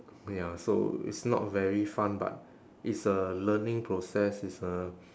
ya so it's not very fun but it's a learning process it's a